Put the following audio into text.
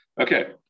Okay